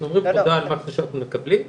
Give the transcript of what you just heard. אנחנו אומרים תודה על משהו שאנחנו מקבלים,